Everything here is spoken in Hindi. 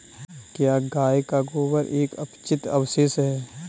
क्या गाय का गोबर एक अपचित अवशेष है?